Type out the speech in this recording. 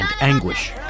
anguish